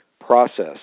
process